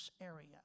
area